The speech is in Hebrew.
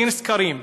הכין סקרים,